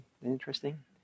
interesting